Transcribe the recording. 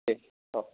दे औ